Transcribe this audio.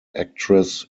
actress